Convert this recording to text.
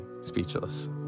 speechless